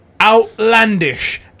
outlandish